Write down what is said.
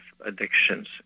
addictions